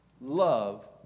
Love